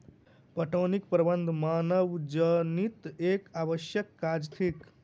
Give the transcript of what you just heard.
पटौनीक प्रबंध मानवजनीत एक आवश्यक काज थिक